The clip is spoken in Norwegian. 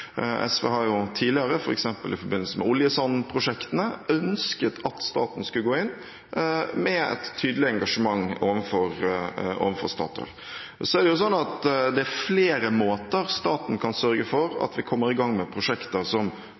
SV har tidligere, f.eks. i forbindelse med oljesandprosjektene, ønsket at staten skulle gå inn med et tydelig engasjement overfor Statoil. Det er flere måter staten kan sørge for at vi kommer i gang med prosjekter på som får både arbeidsløsheten ned og det grønne skiftet i gang. Eierskapspolitikken er én ting, statens rolle som